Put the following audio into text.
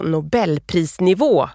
Nobelprisnivå